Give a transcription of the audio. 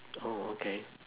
oh okay